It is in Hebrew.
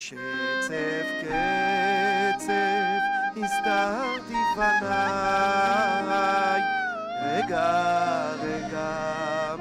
שצף, קצף, הסתרתי פניי, רגע, רגע